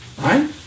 Right